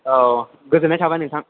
औ गोजोननाय थाबाय नोंथां